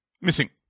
Missing